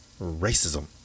racism